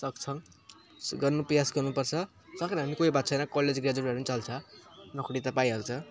सक्छन् गर्नु प्रयास गर्नुपर्छ सकेन भने पनि कोही बात छैन कलेज ग्र्याजुएट भए पनि चल्छ नोकरी त पाइहाल्छ